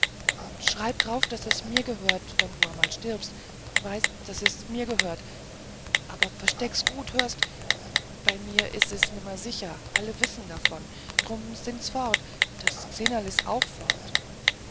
und schreib drauf daß es mir ghört wenn du amal stirbst weißt d daß es mir ghört aber versteck's gut hörst d bei mir is es nimmer sicher alle wissen davon drum sin's fort das xenerl is auch fort